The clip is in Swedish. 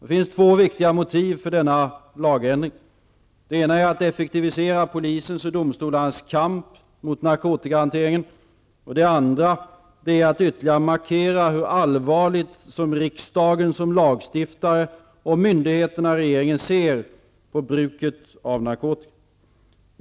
Det finns två viktiga motiv för denna lagändring. Det ena är att effektivisera polisens och domstolarnas kamp mot narkotikahanteringen. Det andra är att ytterligare markera hur allvarligt riksdagen som lagstiftare, myndigheterna och regeringen ser på bruket av narkotika.